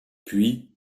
puis